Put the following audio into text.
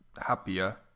happier